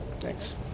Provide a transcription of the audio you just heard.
Thanks